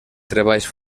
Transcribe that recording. treballs